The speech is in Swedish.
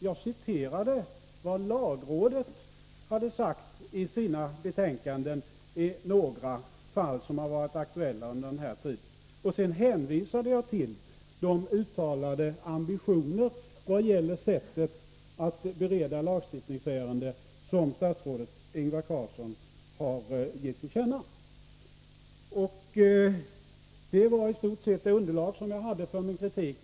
Jag citerade vad lagrådet hade sagt i sina yttranden i några fall som har varit aktuella under den här tiden, och sedan hänvisade jag till de uttalade ambitioner i vad gäller sättet att bereda lagstift ningsärenden som statsrådet Ingvar Carlsson har givit till känna. Detta var i stort sett det underlag som jag hade för min kritik.